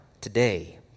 today